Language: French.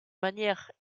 manière